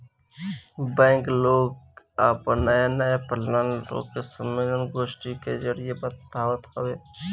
bank लोग के आपन नया नया प्लान लोग के सम्मलेन, गोष्ठी के जरिया से बतावत हवे